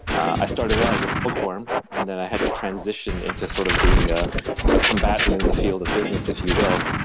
i started out as a bookworm, and then i had to transition into sort of being ah a combatant in the field of business, if you will.